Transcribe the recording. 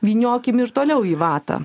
vyniokim ir toliau į vatą